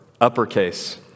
uppercase